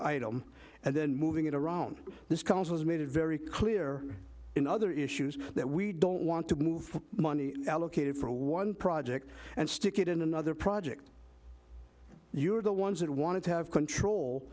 item and then moving it around this council has made it very clear in other issues that we don't want to move money allocated for one project and stick it in another project you're the ones that want to have control